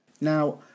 Now